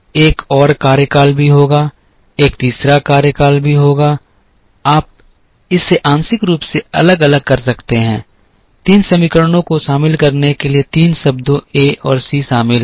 तो एक और कार्यकाल भी होगा एक तीसरा कार्यकाल भी होगा आप इसे आंशिक रूप से अलग अलग कर सकते हैं तीन समीकरणों को शामिल करने के लिए तीन शब्दों a और c शामिल हैं